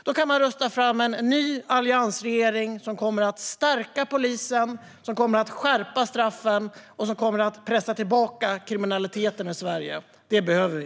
Då kan de rösta fram en ny alliansregering som kommer att stärka polisen, skärpa straffen och pressa tillbaka kriminaliteten i Sverige. Det behöver vi.